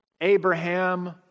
Abraham